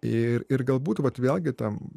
ir ir galbūt vat vėlgi tam